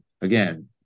again